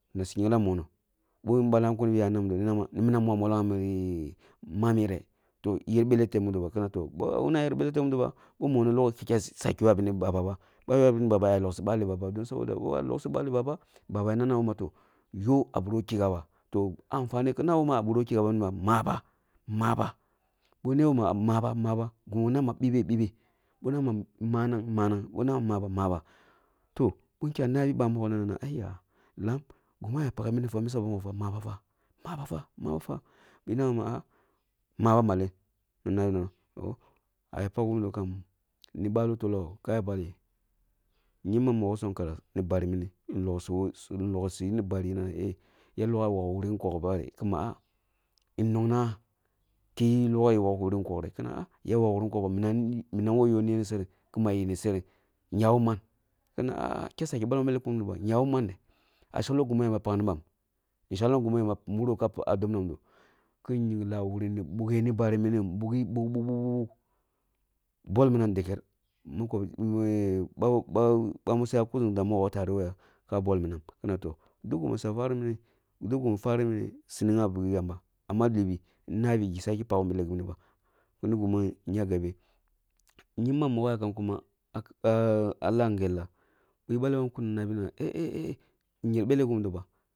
Nasu ngyimla mono, bon ballam kun ni m ya nomidomi nama nama ni minam mira mollong ah mureh mami reh? To eh yer belleh tep mudo ba nana tunda ah yer belleh teb mudoba bi mono logho da saki ywa bene baba ba, ywa bene baba na yiwa loksi baleh baba don ba loksoh baleh baba, baba ya nana bo ma toh, yoh ah bīraba woh kisha ba to, anfane ki nabo ma ah biraba woh kighaba maba maba, bi nebo ma maba maba gimi na ma bibe bibe bi nemi ma bibe bibe maba maba bin kya nabi ba mogho nana aiya lam gima ma ya paghe min fa misa na mogho nana mabafa-mabada bi nebo ma ah maba maleng? Na nabi na toh, aya pak gip dini kam ni baloh tolloh ka ya paghe? Kyembam sonkara ni banimini, loksiyi ni bari mini na yeh? Ya yira logho ka wokwuri nkok bareh? Kuma ah? Yiri nonna ka ya na ma yiri wukwuri gillibareh? Kina ah ah. Minam ko yoh yen ni sereng? Kuma yini seren yah ko man? Kina ah ah da saki balbele kun mudo ba ah shekloh gimi yamba paknibam? Sheklam gimi yamba muro ka dob no miɗini kin ngyinla wuri ni buhghe ni bari mini ngyinla wuri kin buk buk buk buk bolminam deker kunda tare ka bol minam kina toh, duk gimi ya fanini mini su nigha eh bugi yamba amma libi su nabi bida saki pak belleh bibada ba. Kyimbam mogho yakam kuma ah lah ngyellah bi balleh ban kun nan na ma eh eh yer belleh gimi do ba.